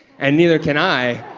and neither can i.